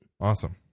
Awesome